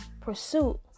Pursuit